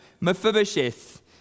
Mephibosheth